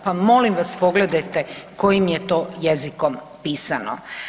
Pa molim vas pogledajte kojim je to jezikom pisano.